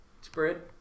Spread